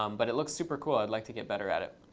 um but it looks super cool. i'd like to get better at it.